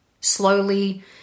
slowly